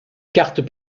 cartes